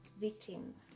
victims